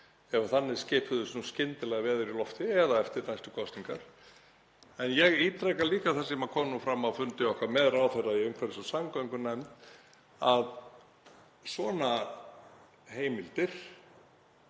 ef þannig skipuðust nú skyndilega veður í lofti eða eftir næstu kosningar. En ég ítreka líka það sem kom fram á fundi okkar með ráðherra í umhverfis- og samgöngunefnd að svona heimildir